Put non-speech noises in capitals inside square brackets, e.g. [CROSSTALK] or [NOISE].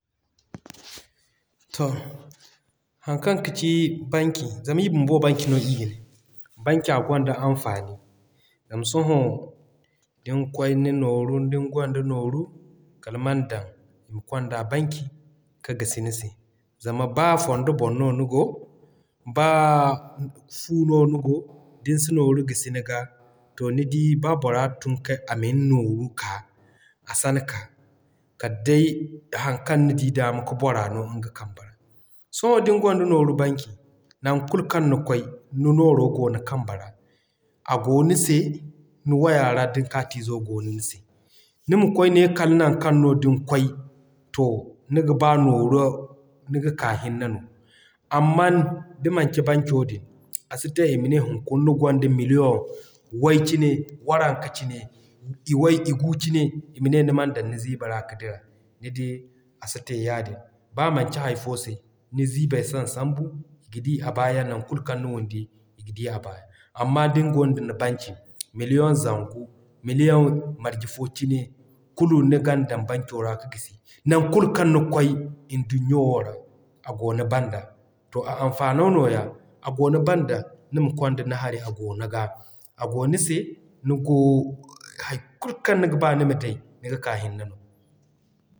To haŋ kaŋ kaci Banki zama ii bumbo Banki no ii ga ne. Banki a gonda anfani, zama sohõ din [UNINTELLIGIBLE] ni nooru, din gonda nooru, kal man dan ima konda Banki ka gisi ni se zama b'a fondo boŋ no nigo, b'a Fu no nigo din si nooru gisi niga, to nidi b'a bora tun kay a min nooru ka, a san ka, kal day haŋ kaŋ nidi dama ka bora no nga kamba ra. Sohõ din gonda nooru Banki, nan kulu kaŋ ni kwaay, ni nooru goo ni kamba ra, a goo ni se ni waya ra din kaati zo goo ni se. Nima kwaay ne kala non kaŋ no din kwaay, to niga baa nooru, niga ka hinne no. Amman da manci Banko din, a si te i ma ne hunkuna ni gonda million Way cine, Waranka cine Iway, igu cine, ima ne niman dan ni ziiba ra ka dira. Nidi a si te yaadin. B'a manci hay fo se, ni ziibay san sambu i ga di a baa yaŋ nan kulu kaŋ ni di i ga di a baa yaŋ. Amma din gonda ni Banki, million zangu, million marje fo cine kulu nigan dan Banko ra ka gisi. Nan kulu kaŋ ni kwaay nduɲɲo wo ra, a goo ni banda, to a anfano nooya, a goo ni banda nima konda ni hari a goo ni ga, a goo ni se ni goo hay kulu kaŋ niga baa nima day niga ka hinne no.